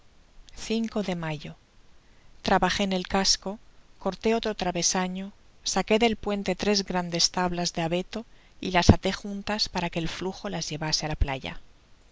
de mayo trabajé en el casco cortó otro travesaño saqué de puente tres grandes tablas de abeto y las até juntas paja que el flujo las llevase á la playa